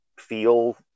feel